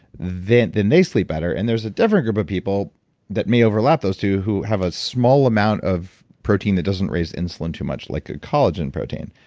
then then they sleep better and there's a different group of people that may overlap those two who have a small amount of protein that doesn't raise insulin too much, like a collagen protein,